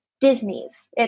Disney's